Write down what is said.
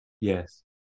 Yes